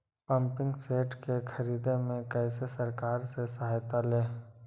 Pumping set के ख़रीदे मे कैसे सरकार से सहायता ले?